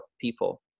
people